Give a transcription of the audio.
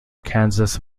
kansas